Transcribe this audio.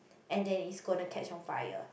and then it's gonna catch on fire